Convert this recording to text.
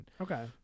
Okay